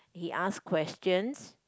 he ask questions